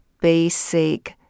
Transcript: basic